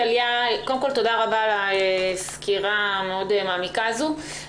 תודה רבה על הסקירה המעמיקה מאוד הזו.